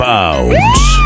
Bounce